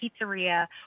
pizzeria